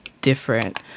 different